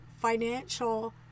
financial